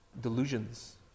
delusions